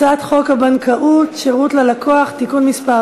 הצעת חוק הבנקאות (שירות ללקוח) (תיקון מס'